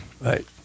Right